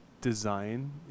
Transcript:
design